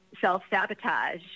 self-sabotage